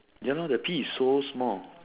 ya lah the P is so small